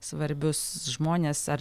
svarbius žmones ar